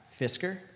Fisker